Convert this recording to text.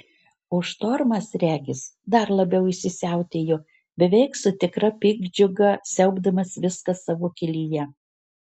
o štormas regis dar labiau įsisiautėjo beveik su tikra piktdžiuga siaubdamas viską savo kelyje